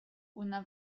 una